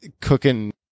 cooking